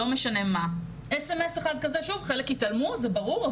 חלק יתעלמו, זה ברור.